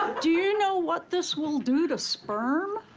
do you know what this will do to sperm?